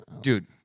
Dude